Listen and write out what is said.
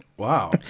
Wow